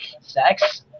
sex